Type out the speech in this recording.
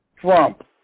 trump